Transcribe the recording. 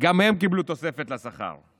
גם הם קיבלו תוספת לשכר.